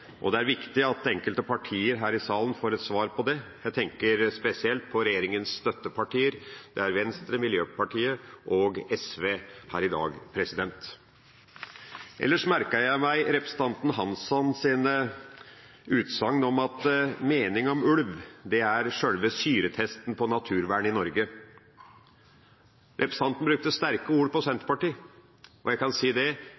og det er viktig at de enkelte partier her i salen får et svar på det. Jeg tenker spesielt på regjeringas støttepartier i dag, Venstre, Miljøpartiet og SV. Ellers merket jeg meg representanten Hanssons utsagn om at mening om ulv er sjølve syretesten på naturvern i Norge. Representanten brukte sterke ord om Senterpartiet, og jeg kan si at vi lever veldig godt med det,